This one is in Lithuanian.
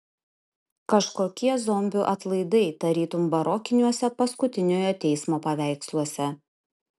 kažkokie zombių atlaidai tarytum barokiniuose paskutiniojo teismo paveiksluose